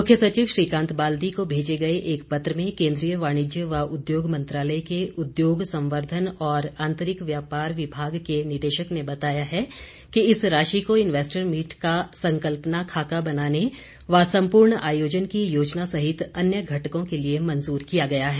मुख्य सचिव श्रीकांत बाल्दी को भेजे गए एक पत्र में केंद्रीय वाणिज्य व उद्योग मंत्रालय के उद्योग संवर्धन और आंतरिक व्यापार विभाग के निदेशक ने बताया है कि इस राशि को इन्वैस्टर मीट का संकल्पना खाका बनाने व सम्पूर्ण आयोजन की योजना सहित अन्य घटकों के लिए मंजूर किया गया है